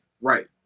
right